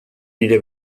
nire